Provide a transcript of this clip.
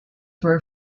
were